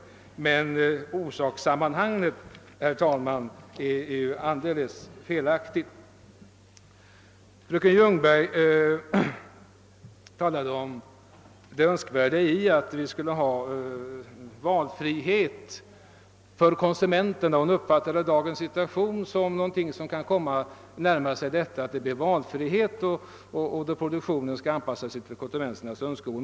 Men orsakssammanhanget är, herr talman, alldeles felaktigt. Fröken Ljungberg talade om önskvärdheten av valfrihet för konsumenterna. Hon uppfattade dagens situation så, att vi kan närma oss en dylik valfrihet — ett system där produktionen anpassas efter konsumenternas önskemål.